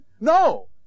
No